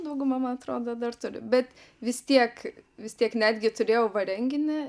dauguma man atrodo dar turi bet vis tiek vis tiek netgi turėjau va renginį